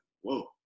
whoa